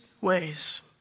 ways